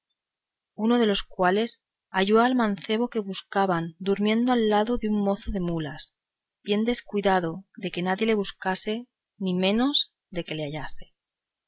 uno de los cuales halló al mancebo que buscaba durmiendo al lado de un mozo de mulas bien descuidado de que nadie ni le buscase ni menos de que le hallase